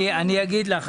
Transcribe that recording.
אני אגיד לך.